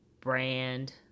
brand